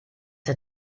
der